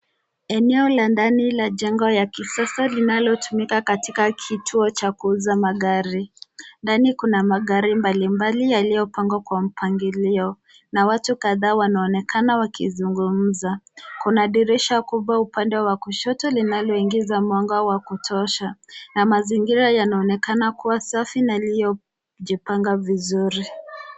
Eneo la ndani la jengo ya kisasa inayotumika katika kituo cha kuuza magari. Ndani kuna magari mbalimbali yaliyopangwa kwa mpangilio na watu kadhaa wanaonekana wakizungumza. Kuna dirisha kubwa upande wa kushoto linaloingiza mwanga wa kutosha na mazingira inaonekana kuwa safi na iliyojipanga vizuri.